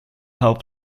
how